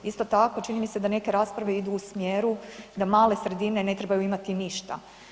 Isto tako čini mi se da neke rasprave idu u smjeru da male sredine ne trebaju imati ništa.